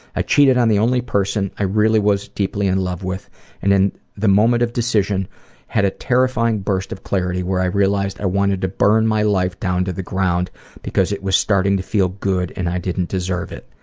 i cheated on the only person i really was deeply in love with and then the moment of decision had a terrifying burst of clarity where i realized i wanted to burn my life down to the ground because it was starting to feel good and i didn't deserve it.